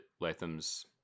Latham's